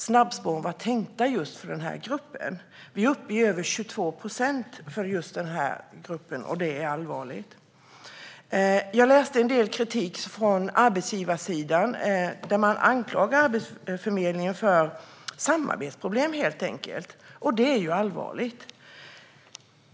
Snabbspåren var tänkta just för den gruppen. Arbetslösheten är över 22 procent i den här gruppen, och det är allvarligt. Jag har tagit del av kritik från arbetsgivarsidan. Man anklagar Arbetsförmedlingen för att ha samarbetsproblem, och det är allvarligt.